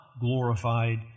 glorified